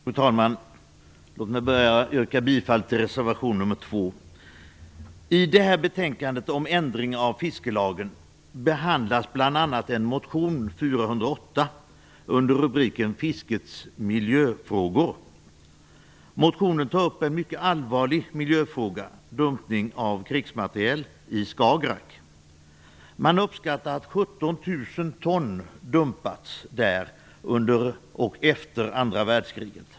Fru talman! Låt mig börja med att yrka bifall till reservation nr 2. I betänkandet om ändring av fiskelagen behandlas bl.a. en motion, Jo408, under rubriken Fiskets miljöfrågor. Motionen tar upp en mycket allvarlig miljöfråga, dumpning av krigsmateriel i Skagerrak. Man uppskattar att 17 000 ton dumpats där under och efter andra världskriget.